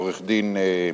עורך-הדין,